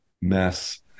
mess